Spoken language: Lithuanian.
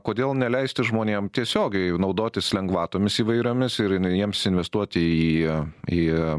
kodėl neleisti žmonėm tiesiogiai naudotis lengvatomis įvairiomis ir jiems investuoti į į